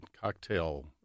cocktail